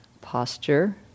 posture